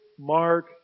Mark